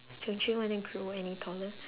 don't you wanna grow any taller